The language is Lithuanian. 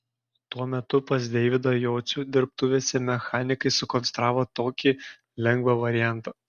tuo metu pas deividą jocių dirbtuvėse mechanikai sukonstravo tokį lengvą variantą